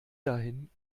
dahin